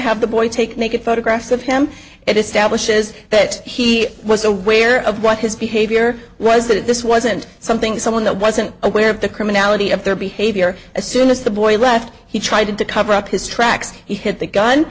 have the boy take naked photographs of him it establishes that he was aware of what his behavior was that this wasn't something someone that wasn't aware of the criminality of their behavior as soon as the boy left he tried to cover up his tracks he hid the gun